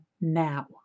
now